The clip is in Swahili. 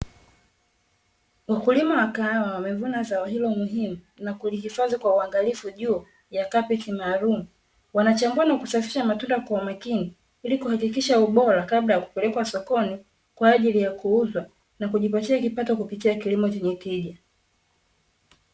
Mkulima wa kahawa amevuna zao hilo muhimu, na kulihifadhi kwa uangalifu juu ya kapeti maalumu. Wanachambua na kusafisha matunda kwa umakini, ili kuhakikisha ubora kabla ya kupeleka sokoni kwa ajili ya kuuzwa, na kujipatia kipato kupitia kilimo chenye tija.